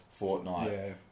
Fortnite